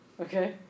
okay